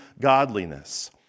godliness